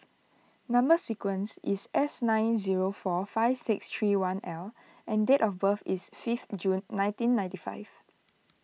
Number Sequence is S nine zero four five six three one L and date of birth is fifth June nineteen ninety five